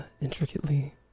intricately